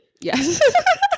Yes